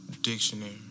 Dictionary